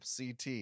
CT